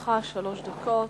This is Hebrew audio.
לרשותך שלוש דקות.